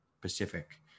Pacific